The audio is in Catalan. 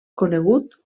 conegut